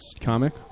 comic